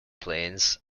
planes